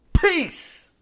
Peace